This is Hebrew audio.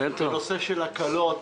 בנושא של הקלות,